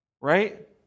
Right